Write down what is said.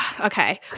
Okay